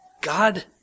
god